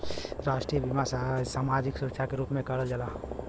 राष्ट्रीय बीमा समाजिक सुरक्षा के रूप में काम करला